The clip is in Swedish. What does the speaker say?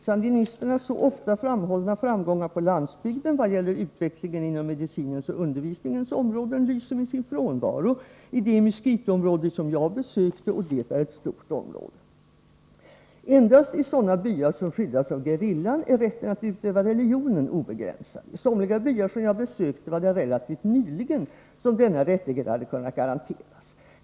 Sandinisternas så ofta framhållna framgångar på landsbygden vad gäller utvecklingen inom medicinens och undervisningens områden lyser med sin frånvaro i det Miskituområde som jag besökte och det är ett stort område. Endast i sådana byar som skyddas av gerillan är rätten att utöva religionen obegränsad. I somliga byar som jag besökte var det relativt nyligen som denna rättighet hade kunnat garanteras.